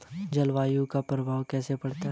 जलवायु का प्रभाव कैसे पड़ता है?